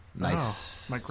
nice